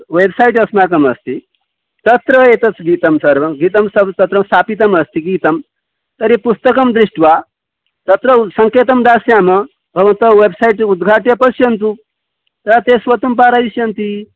website अस्माकम् अस्ति तत्र एतत् गीतं सर्वं गीतं सः तत्र स्थापितम् अस्ति गीतं तर्हि पुस्तकं दृष्ट्वा तत्र उ सङ्केतं दास्यामः भवन्तः वेब्सैट् उद्घाट्य पश्यन्तु तत् ते स्वयं पारयिष्यन्ति